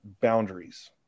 boundaries